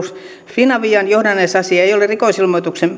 finavian johdannaisasia ei ei ole rikosilmoituksen